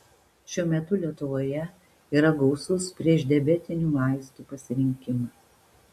šiuo metu lietuvoje yra gausus priešdiabetinių vaistų pasirinkimas